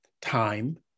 time